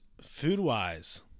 food-wise